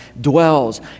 dwells